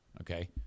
Okay